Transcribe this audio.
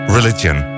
Religion